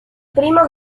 primo